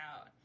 out